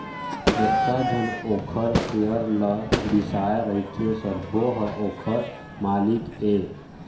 जतका झन ओखर सेयर ल बिसाए रहिथे सबो ह ओखर मालिक ये